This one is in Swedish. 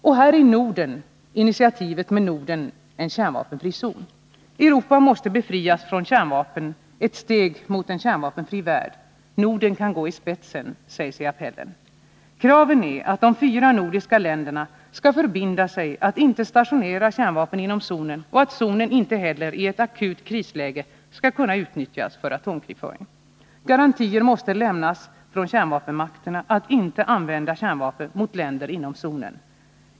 Och här i Norden har vi initiativet med ”Norden — atomvapenfri zon” och ”Europa måste befrias från atomvapen — ett steg mot en atomvapenfri värld”. Norden kan gå i spetsen, sägs det i appellen. Kraven är att de fyra nordiska länderna skall förbinda sig att inte stationera atomvapen inom zonen och att zonen inte heller i ett akut krisläge skall kunna utnyttjas för atomkrigföring. Garantier måste lämnas från kärnvapenmakterna att inte använda atomvapen mot länderna inom zonen.